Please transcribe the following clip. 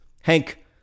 Hank